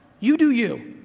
you do you,